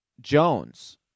Jones